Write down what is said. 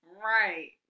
Right